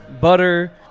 butter